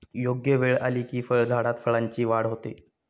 योग्य वेळ आली की फळझाडात फळांची वाढ होते